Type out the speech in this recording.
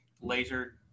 laser